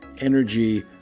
energy